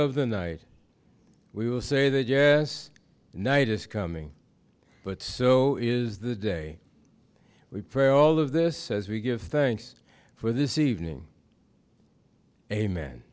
of the night we will say that yes night is coming but so is the day we pray all of this as we give thanks for this evening amen